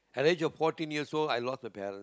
at the age of fourteen years old I lost my parents